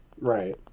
Right